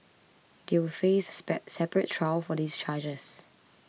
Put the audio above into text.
they will face a separate trial for these charges